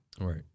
right